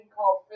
called